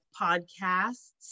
podcasts